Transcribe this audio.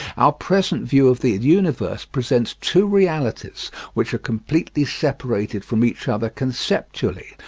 our present view of the universe presents two realities which are completely separated from each other conceptually,